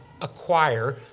acquire